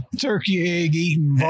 turkey-egg-eating